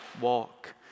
walk